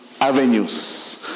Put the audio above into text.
Avenues